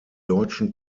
deutschen